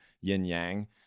yin-yang